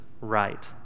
right